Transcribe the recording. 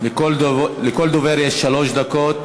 לכל דובר יש שלוש דקות.